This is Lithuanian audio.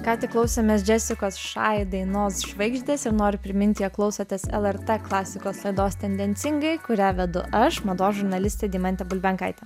ką tik klausėmės džesikos šai dainos žvaigždės ir noriu priminti jog klausotės lrt klasikos laidos tendencingai kurią vedu aš mados žurnalistė deimantė bulbenkaitė